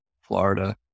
Florida